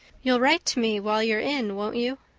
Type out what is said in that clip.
you'll write to me while you're in, won't you?